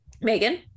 Megan